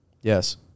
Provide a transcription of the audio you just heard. Yes